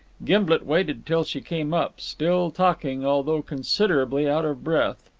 gimblet waited till she came up, still talking, although considerably out of breath.